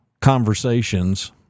conversations